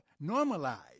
normalized